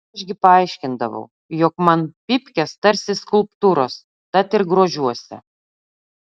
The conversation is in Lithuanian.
aš gi paaiškindavau jog man pypkės tarsi skulptūros tad ir grožiuosi